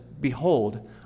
Behold